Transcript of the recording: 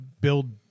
build